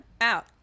out